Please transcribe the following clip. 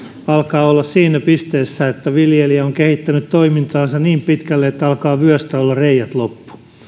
alkaa olla siinä pisteessä että viljelijä on kehittänyt toimintaansa niin pitkälle että alkaa vyöstä olla reiät loppu